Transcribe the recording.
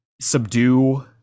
subdue